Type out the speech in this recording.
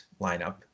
lineup